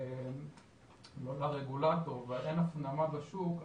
לא לרגולטור ואין הפנמה בשוק,